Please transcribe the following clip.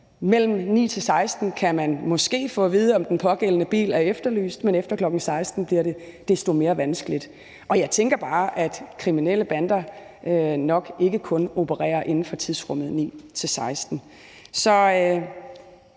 Mellem kl. 9 og 16 kan man måske få at vide, om den pågældende bil er efterlyst, men efter kl. 16 bliver det mere vanskeligt. Jeg tænker bare, at kriminelle bander nok ikke kun opererer inden for tidsrummet 9-16. Så